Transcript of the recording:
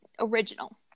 original